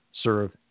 serve